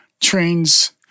trains